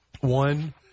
one